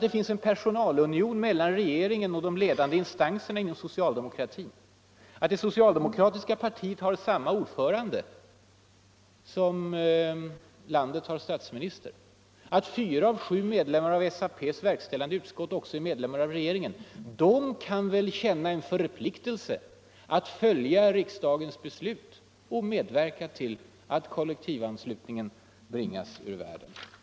Det finns en personalunion mellan regeringen och de ledande instanserna inom socialdemokratin. Det socialdemokratiska partiet har samma ordförande som landet har statsminister. Fyra av sju medlemmar av SAP:s verkställande utskott är också medlemmar av regeringen. De bör väl känna en förpliktelse att följa riksdagens beslut och medverka till att kollektivanslutningen bringas ur världen.